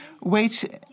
wait